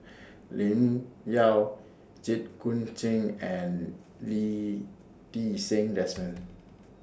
Lim Yau Jit Koon Ch'ng and Lee Ti Seng Desmond